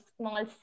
small